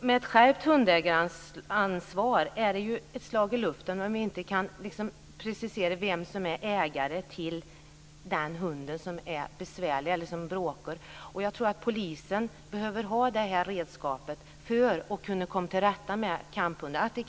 Med ett skärpt hundägaransvar är det ju ett slag i luften om man inte kan precisera vem som är ägare till en hund som är besvärlig eller bråkar. Jag tror att polisen behöver ha det här redskapet för att kunna komma till rätta med kamphundsproblemet.